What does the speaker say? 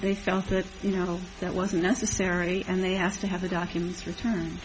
they felt that you know that was necessary and they asked to have the documents return